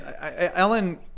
ellen